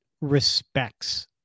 respects